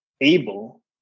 able